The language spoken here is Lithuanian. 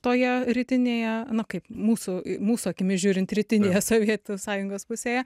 toje rytinėje na kaip mūsų mūsų akimis žiūrint rytinėje sovietų sąjungos pusėje